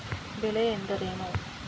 ಬೆಳೆ ಎಂದರೇನು?